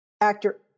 actor